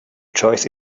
choice